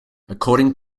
according